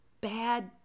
bad